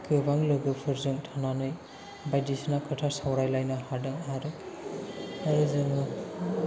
गोबां लोगोफोरजों थानानै बायदिसिना खोथा सावरायलायनो हादों आरो जोङो